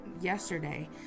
yesterday